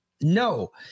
No